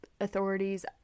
authorities